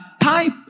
type